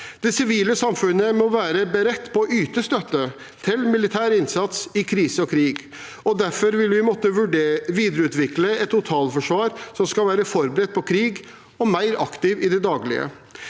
Det sivile samfunnet må være beredt på å yte støtte til militær innsats i krise og krig, og derfor vil vi måtte videreutvikle et totalforsvar som skal være forberedt på krig og mer aktivt i det daglige.